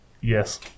Yes